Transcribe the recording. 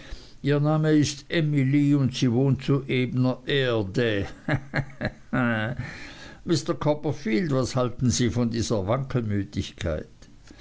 ihr name ist e milie und sie wohnt zu e bner e rde hahaha mr copperfield was halten sie von der